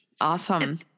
Awesome